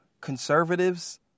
conservatives